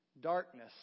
darkness